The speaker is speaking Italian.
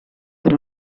per